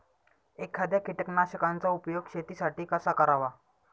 एखाद्या कीटकनाशकांचा उपयोग शेतीसाठी कसा करावा?